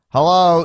Hello